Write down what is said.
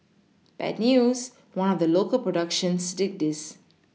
bad news one of the local productions did this